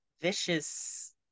vicious